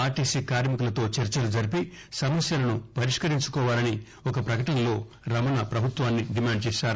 RTC కార్శికులతో చర్చలు జరిపి సమస్యలను పరిష్కరించుకోవాలని ఒక ప్రపకటనలో రమణ పభుత్వాన్ని డిమాండు చేశారు